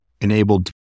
enabled